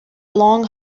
long